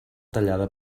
tallada